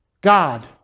God